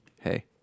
hey